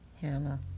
Hannah